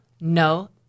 no